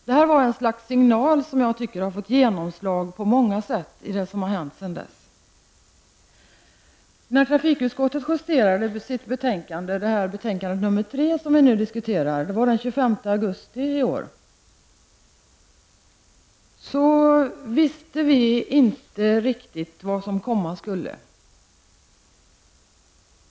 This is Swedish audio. Detta var ett slags signal som jag tycker har fått genomslag på många sätt i det som har hänt sedan dess. När trafikutskottet den 25 augusti i år justerade betänkande 3 som vi nu diskuterar visste vi inte riktigt vad som skulle komma.